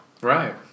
Right